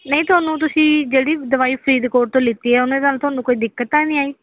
ਨਹੀਂ ਤੁਹਾਨੂੰ ਤੁਸੀਂ ਜਿਹੜੀ ਦਵਾਈ ਫਰੀਦਕੋਟ ਤੋਂ ਲਿੱਤੀ ਹੈ ਉਹਨੇ ਥ ਤੁਹਾਨੂੰ ਕੋਈ ਦਿੱਕਤ ਤਾਂ ਨਹੀਂ ਆਈ